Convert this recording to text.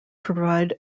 provide